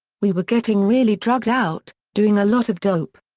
we were getting really drugged out, doing a lot of dope.